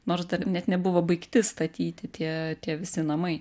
nors dar net nebuvo baigti statyti tie tie visi namai